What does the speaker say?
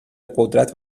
قدرت